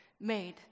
made